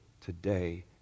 today